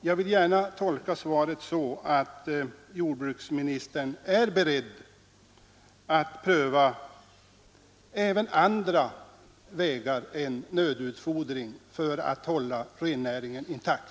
Jag vill gärna tolka svaret så att jordbruksministern är beredd att pröva även andra vägar än nödutfodring för att hålla rennäringen intakt.